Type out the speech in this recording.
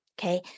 Okay